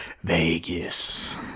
vegas